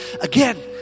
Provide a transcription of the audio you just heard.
again